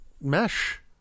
mesh